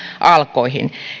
alkoihin